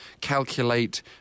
calculate